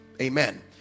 Amen